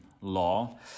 law